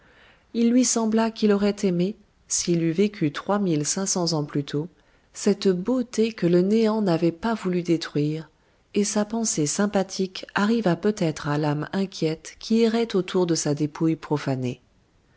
il lui sembla qu'il aurait aimé s'il eût vécu trois mille cinq cents ans plus tôt cette beauté que le néant n'avait pas voulu détruire et sa pensée sympathique arriva peut-être à l'âme inquiète qui errait autour de sa dépouille profanée